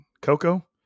Coco